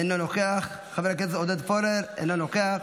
אינו נוכח, חבר הכנסת עודד פורר, אינו נוכח,